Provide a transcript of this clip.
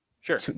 sure